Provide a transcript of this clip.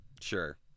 sure